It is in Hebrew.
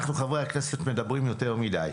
אנחנו חברי הכנסת מדברים יותר מדי.